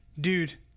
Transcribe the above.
dude